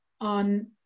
on